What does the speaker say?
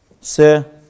Sir